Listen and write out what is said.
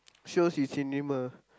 shows in cinema